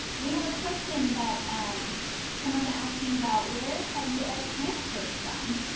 we have a question that um someone's asking about where have you all transferred from